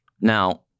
Now